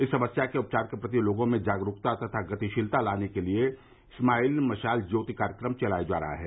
इस समस्या के उपचार के प्रति लोगों में जागरूकता तथा गतिशीलता लाने के लिए स्माइल मशाल ज्योति कार्यक्रम चलाया जा रहा है